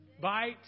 Bite